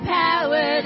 power